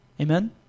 Amen